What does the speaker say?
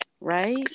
right